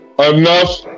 enough